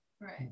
right